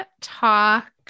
talk